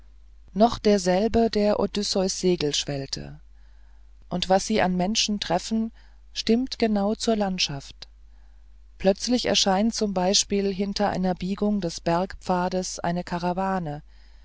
noch derselbe der odysseus segel schwellte und was sie an menschen treffen stimmt genau zur landschaft plötzlich erscheint z b hinter einer biegung des bergpfades eine karawane